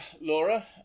Laura